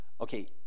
okay